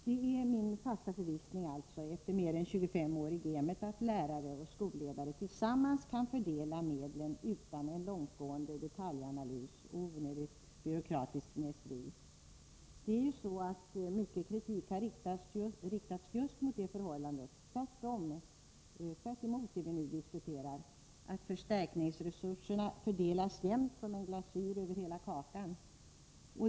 Det är min fasta övertygelse, efter mer än 25 år i gamet, att lärare och skolledare tillsammans kan fördela medlen utan en långtgående detaljanalys och onödigt byråkratiskt kineseri. Mycken kritik har ju riktats just mot det förhållandet att förstärkningsresurserna, tvärtemot vad vi nu diskuterar, fördelas jämnt som en glasyr över hela kakan.